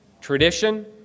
tradition